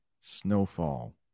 snowfall